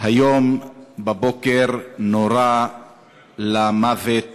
היום בבוקר נורה למוות